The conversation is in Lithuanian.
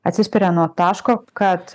atsispiria nuo taško kad